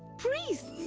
priests!